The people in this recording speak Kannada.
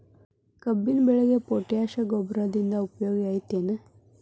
ಕಬ್ಬಿನ ಬೆಳೆಗೆ ಪೋಟ್ಯಾಶ ಗೊಬ್ಬರದಿಂದ ಉಪಯೋಗ ಐತಿ ಏನ್?